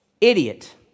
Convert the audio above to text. Idiot